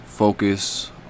focus